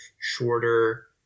shorter